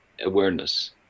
awareness